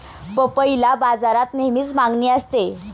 पपईला बाजारात नेहमीच मागणी असते